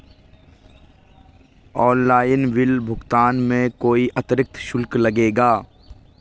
Online bill भुगतान में कोई अतिरिक्त शुल्क लगेगा?